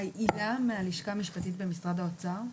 הילה מהלשכה המשפטית במשרד האוצר.